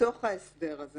בתוך ההסדר הזה